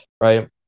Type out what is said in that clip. Right